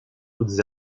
toutes